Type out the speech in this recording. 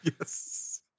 Yes